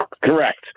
Correct